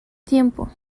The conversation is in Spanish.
tiempo